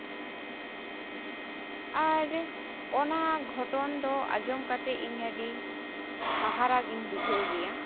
ᱟᱨ ᱚᱱᱟ ᱜᱷᱚᱴᱚᱱ ᱫᱚ ᱟᱸᱡᱚᱢ ᱠᱟᱛᱮ ᱤᱧ ᱟᱹᱰᱤ ᱦᱟᱦᱟᱲᱟ ᱜᱤᱧ ᱵᱩᱡᱷᱟᱹᱣ ᱜᱮᱭᱟ